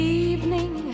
evening